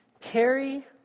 Carry